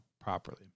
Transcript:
properly